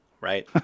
Right